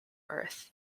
earth